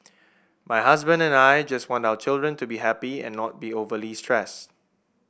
my husband and I just want our children to be happy and not be overly stressed